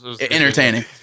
Entertaining